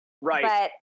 Right